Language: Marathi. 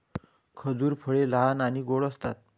खजूर फळे लहान आणि गोड असतात